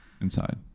Inside